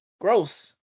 Gross